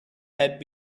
had